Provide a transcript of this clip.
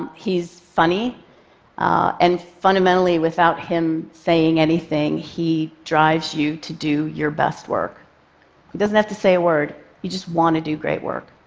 he's funny and fundamentally without him saying anything he drives you to do your best work. he doesn't have to say a word. you just want to do great work.